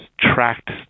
tracked